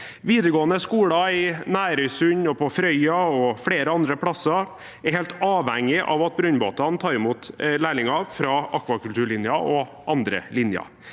Videregående skoler i Nærøysund, i Frøya og flere andre plasser er helt avhengige av at brønnbåtene tar imot lærlinger fra akvakulturlinjen og andre linjer.